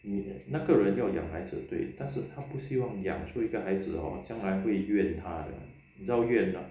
那个人要养孩子对但是他不希望养出一个孩子 hor 将来会怨他要怨吗